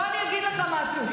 מה שאתם עשיתם בחצי שנה.